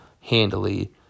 handily